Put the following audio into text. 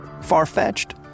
Far-fetched